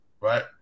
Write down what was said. right